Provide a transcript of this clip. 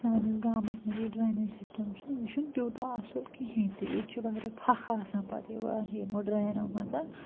سٲنِس گامَس منٛز یُس ڈرٛینیج سِسٹَم چھُ یہِ چھُنہٕ تیوٗتاہ اَصٕل کِہیٖنۍ تہِ ییٚتہِ چھِ واریاہ پھکھ آسان پَتہٕ یِوان یِمو ڈرٛینو منٛز